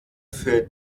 für